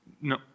no